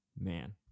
Man